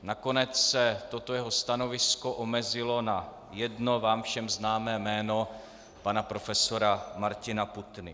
Nakonec se toto jeho stanovisko omezilo na jedno vám všem známé jméno pana profesora Martina Putny.